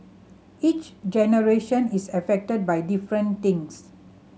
each generation is affected by different things